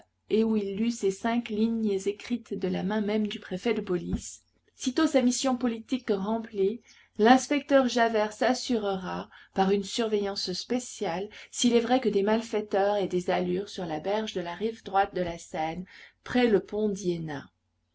et où il lut ces cinq lignes écrites de la main même du préfet de police sitôt sa mission politique remplie l'inspecteur javert s'assurera par une surveillance spéciale s'il est vrai que des malfaiteurs aient des allures sur la berge de la rive droite de la seine près le pont d'iéna